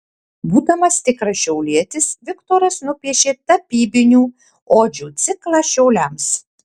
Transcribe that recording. būdamas tikras šiaulietis viktoras nupiešė tapybinių odžių ciklą šiauliams